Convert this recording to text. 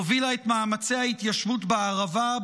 הובילה את מאמצי ההתיישבות בערבה,